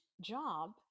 job